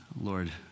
Lord